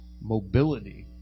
mobility